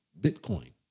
bitcoin